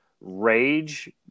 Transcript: rage